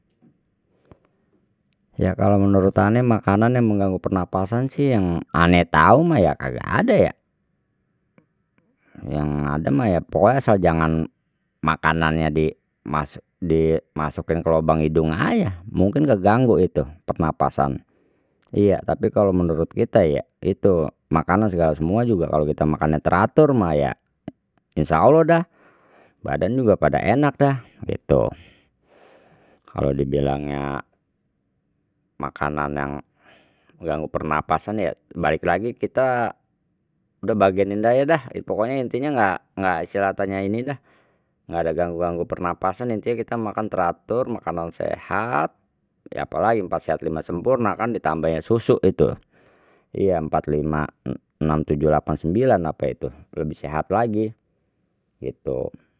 Ya kalau menurut ane mah makanan yang mengangu pernapasan sih yang ane tau mah ya kagak ada ya, yang ada mah pokoknya asal jangan makanannya di di masukin ke lobang hidug aja, mungkin keganggu itu pernapasan iya, tapi kalau menurut kita ya itu makanan segala semua juga kalau kita teratur mah ya insyaallah dah badan juga pada enak dah gitu, kalau dibilangnya makanan yang yang menggangu pernapasan ya balik lagi kita dah bagenin aja dah pokoknya intinya nggak nggak ini dah nggak ada ganggu ganggu pernapasan intinya kita makan teratur, makanan sehat ya apalagi empat sehat lima sempurna kan ditambahnya susu itu, iya empat lima enam tujuh delapan sembilan ape tuh lebih sehat lagi gitu.